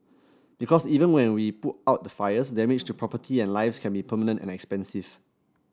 because even when we can put out the fires damage to property and lives can be permanent and expensive